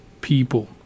people